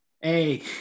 hey